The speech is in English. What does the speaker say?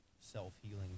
self-healing